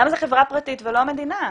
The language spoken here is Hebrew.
למה זו חברה פרטית ולא המדינה?